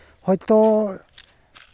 ᱦᱚᱭᱛᱚ